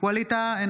ווליד טאהא,